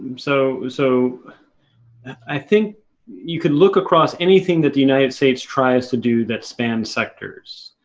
so so, i think you can look across anything that the united states tries to do that spans sectors.